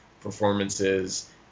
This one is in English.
performances